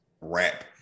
rap